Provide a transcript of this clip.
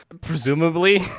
presumably